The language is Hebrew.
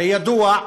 הרי ידוע,